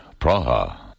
Praha